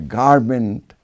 garment